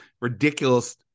ridiculous